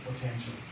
Potential